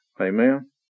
Amen